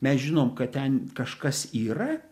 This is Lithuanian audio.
mes žinom kad ten kažkas yra